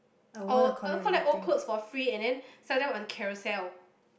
or I want collect old clothes for free and then sell them on Carousell